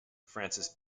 francis